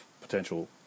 potential